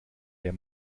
der